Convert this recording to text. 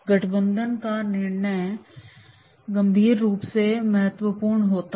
गठबंधन का निर्णय गंभीर रूप से महत्वपूर्ण होता है